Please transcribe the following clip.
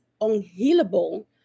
unhealable